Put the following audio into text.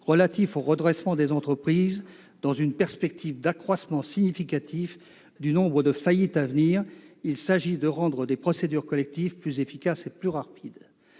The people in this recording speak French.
relatives au redressement des entreprises. Dans une perspective d'accroissement significatif du nombre de faillites à venir, il s'agit de rendre les procédures collectives plus efficaces et plus rapides.